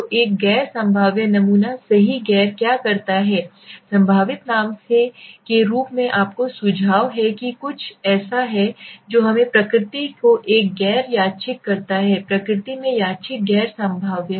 तो एक गैर संभाव्य नमूना सही गैर क्या कहता है संभावित नाम के रूप में आपको सुझाव है कि कुछ ऐसा है जो हमें प्रकृति को एक गैर यादृच्छिक कहता है प्रकृति में यादृच्छिक गैर संभाव्य